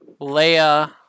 Leia